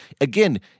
again